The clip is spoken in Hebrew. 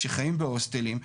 שחיים בהוסטלים,